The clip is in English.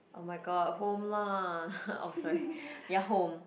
oh-my-god home lah oh sorry ya home